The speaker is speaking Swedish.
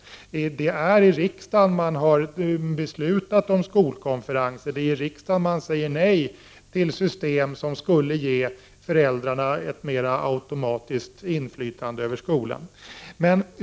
Det är i riksdagen man har beslutat om skolkonferenser. Det är i riksdagen man säger nej till system som skulle ge föräldrarna ett mer automatiskt inflytande över skolan.